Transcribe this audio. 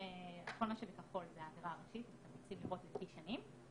כל מה שבכחול זה העבירה הראשית אם אתם רוצים לראות לפי שנים.